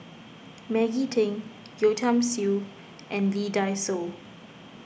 Maggie Teng Yeo Tiam Siew and Lee Dai Soh